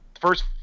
first